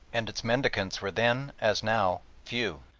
and its mendicants were then as now few,